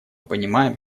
понимаем